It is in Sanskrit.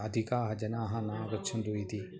अधिकाः जनाः नागच्छन्तु इति